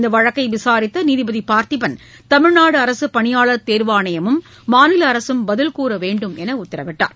இந்த வழக்கை விசாரித்த நீதிபதி பார்த்திபன் தமிழ்நாடு அரசு பணியாளர் தேர்வாணையமும் மாநில அரசும் பதில் கூற வேண்டும் என்று உத்தரவிட்டார்